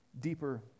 deeper